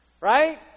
right